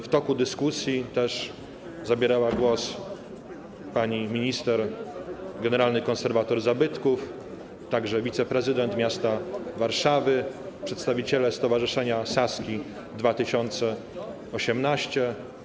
W toku dyskusji zabierali głos: pani minister, generalny konserwator zabytków, także wiceprezydent miasta Warszawy, przedstawiciele stowarzyszenia Saski 2018.